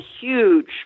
huge